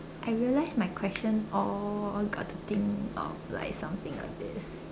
I realize my questions all got to think of like something like this